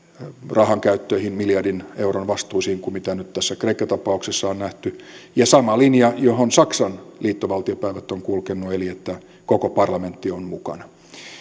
rahankäyttöihin miljardin euron vastuisiin niin kuin nyt tässä kreikka tapauksessa on nähty ja sama linja johon saksan liittovaltiopäivät on kulkenut eli että koko parlamentti on mukana